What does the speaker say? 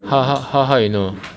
how how how you know